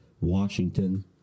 Washington